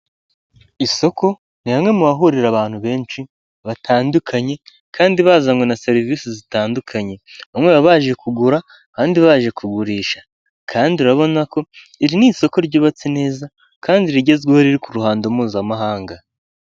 Isoko ni hamwe mu hahurira abantu benshi batandukanye kandi bazanywe na serivisi zitandukanye, bamwe baba baje kugura abandi baje kugurisha kandi urabona ko iri ni isoko ryubatse neza kandi rigezweho riri ku ruhando mpuzamahanga.